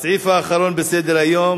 הסעיף האחרון בסדר-היום,